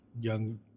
young